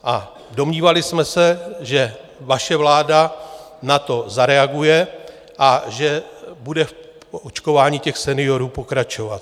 A domnívali jsme se, že vaše vláda na to zareaguje a že bude v očkování seniorů pokračovat.